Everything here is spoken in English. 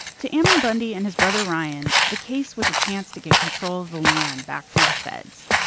to ammon bundy and his brother ryan, the case was a chance to get control of the land back from the feds.